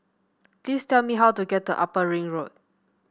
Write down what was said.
please tell me how to get to Upper Ring Road